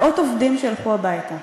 מאות עובדים הלכו הביתה.